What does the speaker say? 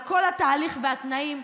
על כל התהליך והתנאים,